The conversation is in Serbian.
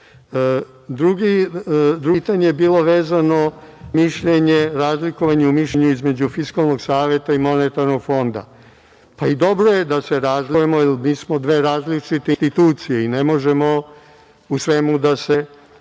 pitanje je bilo vezano za mišljenje, razlikovanje u mišljenju između Fiskalnog saveta i MMF. Dobro je da se razlikujemo jer nismo dve različite institucije i ne možemo u svemu da se